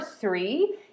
three